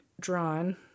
drawn